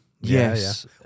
Yes